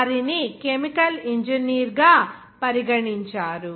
వారిని కెమికల్ ఇంజనీర్గా పరిగణించారు